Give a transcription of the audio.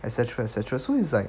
et cetera et cetera so it's like